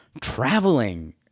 traveling